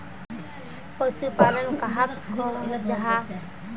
पशुपालन कहाक को जाहा?